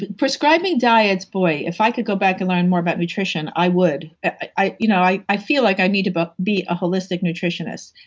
prescribing diets, boy, if i could go back and learn more about nutrition, i would. i you know i feel like i need to but be a holistic nutritionist.